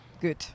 Good